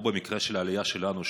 או במקרה של העלייה שלנו,